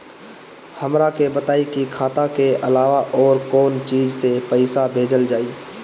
हमरा के बताई की खाता के अलावा और कौन चीज से पइसा भेजल जाई?